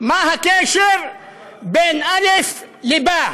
מה הקשר בין טוז למרחבא?) מה הקשר בין א' לב'?